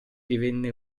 divenne